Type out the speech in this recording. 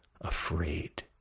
afraid